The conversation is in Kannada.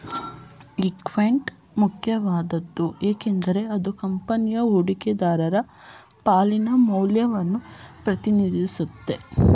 ಇಕ್ವಿಟಿ ಮುಖ್ಯವಾದ್ದು ಏಕೆಂದ್ರೆ ಅದು ಕಂಪನಿಯ ಹೂಡಿಕೆದಾರರ ಪಾಲಿನ ಮೌಲ್ಯವನ್ನ ಪ್ರತಿನಿಧಿಸುತ್ತೆ